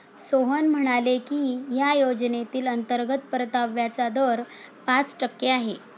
सोहन म्हणाले की या योजनेतील अंतर्गत परताव्याचा दर पाच टक्के आहे